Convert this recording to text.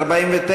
49?